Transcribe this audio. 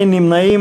אין נמנעים.